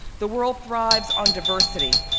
the world thrives on diversity.